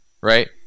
right